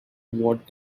what